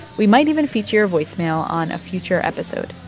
we might even feature a voicemail on a future episode.